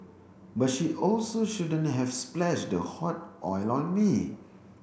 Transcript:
but she also shouldn't have splashed the hot oil on me